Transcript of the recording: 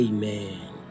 Amen